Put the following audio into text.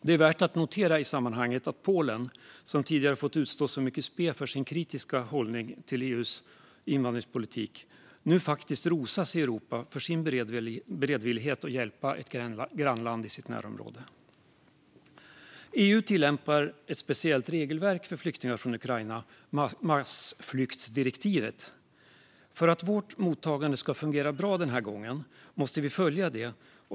Det är i sammanhanget värt att notera att Polen, som tidigare fått utstå så mycket spe för sin kritiska hållning till EU:s invandringspolitik, nu faktiskt rosas i Europa för sin beredvillighet att hjälpa ett grannland. EU tillämpar ett speciellt regelverk för flyktingar från Ukraina: massflyktsdirektivet. För att vårt mottagande ska fungera bra den här gången måste vi följa det.